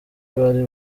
bari